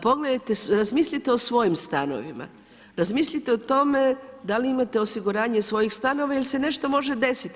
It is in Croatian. Pogledajte, razmislite o svojim stanovima, razmislite o tome da li imate osiguranje svojih stanova jer se nešto može desiti.